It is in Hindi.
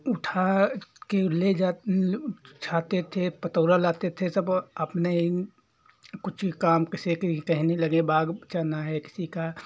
उठा के ले जा ले छाते थे पतोरा लाते थे जब अपने ही कुछ काम जैसे कि कहने लगे बाग बचाना है किसी का